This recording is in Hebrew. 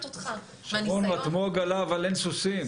שרון, רתמו עגלה אבל אין סוסים.